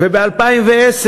וב-2010,